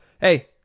hey